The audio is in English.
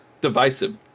divisive